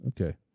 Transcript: Okay